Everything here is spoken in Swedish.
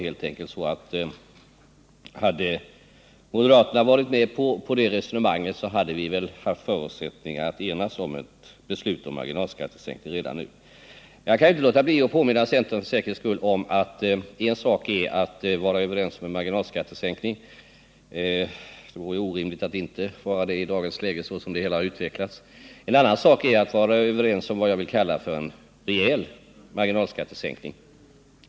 Hade moderaterna gått med på det resonemanget, hade det funnits förutsättningar att redan nu enas om ett beslut om marginalskattesänkningar. Jag kan emellertid inte låta bli att för säkerhets skull påminna centern om att en sak är att vara överens om en marginalskattesänkning — det vore orimligt att i dagens läge inte vara det — och en annan sak att vara överens om vad jag vill kalla för en rejäl marginalskattesänkning.